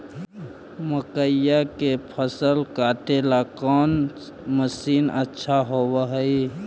मकइया के फसल काटेला कौन मशीन अच्छा होव हई?